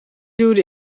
duwde